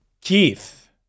Keith